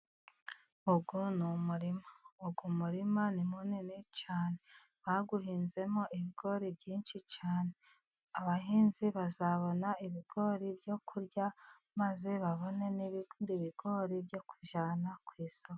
Uyu ni umurima, uyu murima ni munini cyane bawuhinzemo ibigori byinshi cyane. Abahinzi bazabona ibigori byo kurya , maze babone n'ibindi bigori byo kujyana ku isoko.